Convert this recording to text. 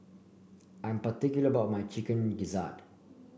I'm particular about my Chicken Gizzard